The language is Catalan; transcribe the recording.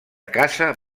casa